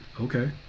Okay